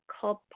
called